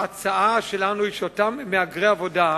ההצעה שלנו היא שאותם מהגרי עבודה,